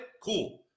cool